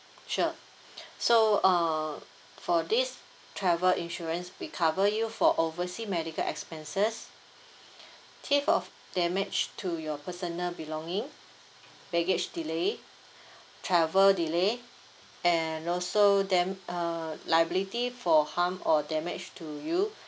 sure so uh for this travel insurance we cover you for oversea medical expenses theft or damage to your personal belongings baggage delay travel delay and also dam~ uh liability for harm or damage to you